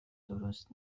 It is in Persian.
درست